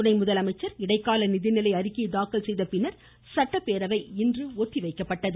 துணை முதலமைச்சர் இடைக்கால நிதிநிலை அறிக்கையை தாக்கல் செய்தபின் சட்டப்பேரவை இன்று ஒத்திவைக்கப்பட்டது